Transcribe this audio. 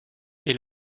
est